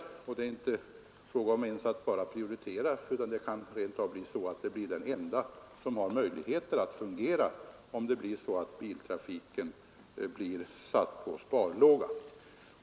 Det är dessutom inte enbart fråga om att prioritera utan det kan rent av bli så att kollektivtrafiken är den enda trafik som har möjligheter att fungera, om biltrafiken blir satt på sparlåga.